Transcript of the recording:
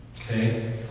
Okay